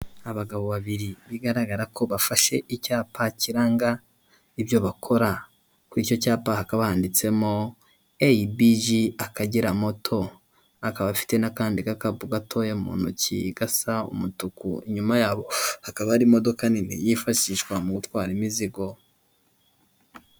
Abagabo babiri bigaragara ko bafashe icyapa kiranga ibyo bakora kuri icyo cyapaka banditsemo abg akagera moto akaba afite n'akandi gakapu gatoya mu ntoki gasa umutuku inyuma yabo hakaba hari imodoka nini yifashishwa mu gutwara imizigo.